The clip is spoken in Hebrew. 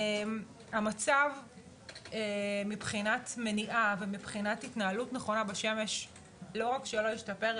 המצב מבחינת מניעה ומבחינת התנהלות נכונה בשמש לא רק שלא השתפר,